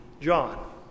John